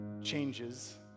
changes